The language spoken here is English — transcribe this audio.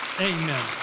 Amen